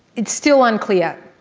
it's still unclear,